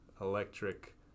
electric